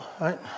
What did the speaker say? right